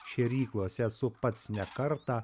šėryklose esu pats ne kartą